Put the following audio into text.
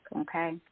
Okay